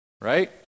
Right